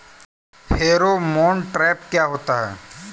Pheromone trap क्या होता है?